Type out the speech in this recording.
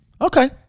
Okay